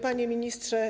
Panie Ministrze!